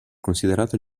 considerata